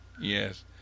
yes